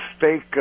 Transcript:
fake